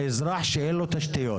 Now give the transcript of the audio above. תחשבו על חוק פשוט,